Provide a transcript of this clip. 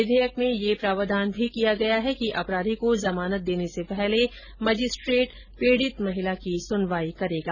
विधेयक में ये प्रावधान भी किया गया है कि अपराधी कॉ जमानत देने से पहले मजिस्ट्रेट पीडित महिला की सुनवाई करेगा